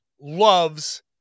loves